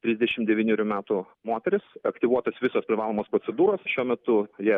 trisdešimt devynerių metų moteris aktyvuotos visos privalomos procedūros šiuo metu ja